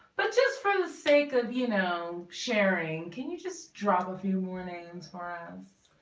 but just for the sake of you know sharing can you just drop a few mornings for us?